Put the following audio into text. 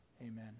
Amen